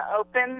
open